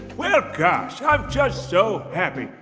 well, gosh, i'm just so happy.